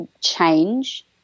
change